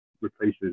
replaces